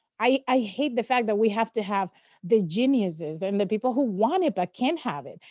i hate the fact that we have to have the geniuses and the people who want it, but can't have it,